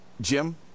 jim